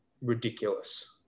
ridiculous